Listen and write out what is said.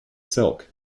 silk